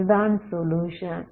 இது தான் சொலுயுஷன்